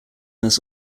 this